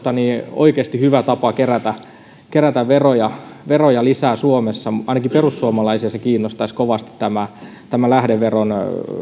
oikeasti hyvä tapa kerätä kerätä veroja veroja lisää suomessa ainakin perussuomalaisia kiinnostaisi kovasti lähdeveron